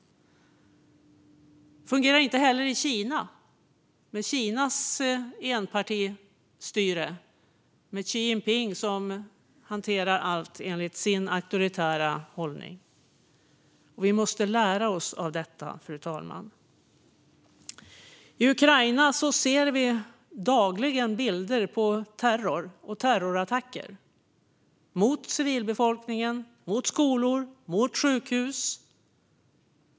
Den fungerar inte heller mot Kina med Kinas enpartistyre med Xi Jinping som hanterar allt enligt sin auktoritära hållning. Vi måste lära oss av detta, fru talman. I Ukraina ser vi dagligen bilder på terror och terrorattacker mot civilbefolkningen, mot skolor och mot sjukhus.